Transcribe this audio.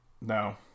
No